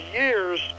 years